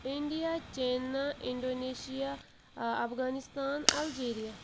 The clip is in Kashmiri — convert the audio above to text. India China Indonesia Afghanistan Algeria